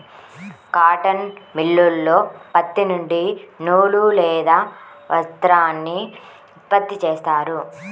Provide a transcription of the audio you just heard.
cotton మిల్లులో పత్తి నుండి నూలు లేదా వస్త్రాన్ని ఉత్పత్తి చేస్తారు